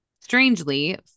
Strangely